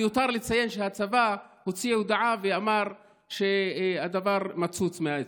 מיותר לציין שהצבא הוציא הודעה ואמר שהדבר מצוץ מהאצבע.